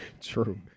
True